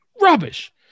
rubbish